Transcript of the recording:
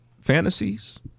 fantasies